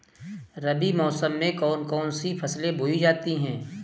रबी मौसम में कौन कौन सी फसलें बोई जाती हैं?